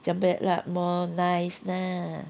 cempedak more nice lah